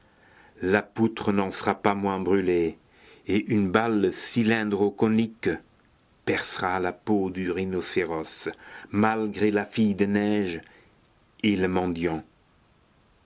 la poutre n'en sera pas moins brûlée et une balle cylindro conique percera la peau du rhinocéros malgré la fille de neige et le mendiant